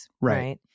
Right